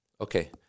okay